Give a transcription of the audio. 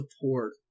support